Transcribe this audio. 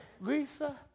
Lisa